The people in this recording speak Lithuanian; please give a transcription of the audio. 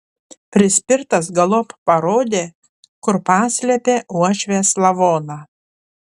prispirtas galop parodė kur paslėpė uošvės lavoną